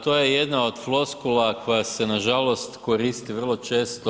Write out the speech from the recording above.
To je jedan od floskula koja se nažalost koristi vrlo često…